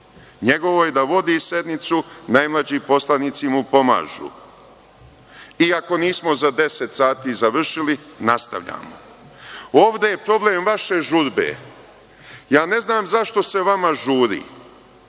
Njegovo je da vodi sednicu, najmlađi poslanici mu pomažu i ako nismo za deset sati završili, nastavljamo. Ovde je problem vaše žurbe. Ja ne znam zašto se vama žuri,